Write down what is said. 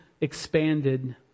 expanded